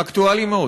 אקטואלי מאוד.